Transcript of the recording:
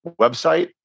website